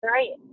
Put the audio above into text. Right